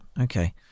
Okay